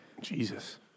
Jesus